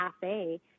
cafe